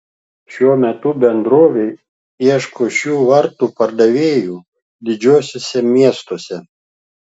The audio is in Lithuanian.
šiuo metu bendrovė ieško šių vartų pardavėjų didžiuosiuose miestuose